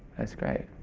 that's great.